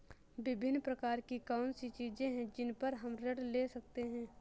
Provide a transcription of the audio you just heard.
विभिन्न प्रकार की कौन सी चीजें हैं जिन पर हम ऋण ले सकते हैं?